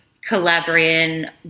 Calabrian